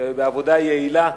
שבעבודה יעילה,